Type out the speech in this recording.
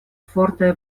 fortaj